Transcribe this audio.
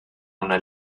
una